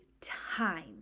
time